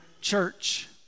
church